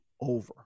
over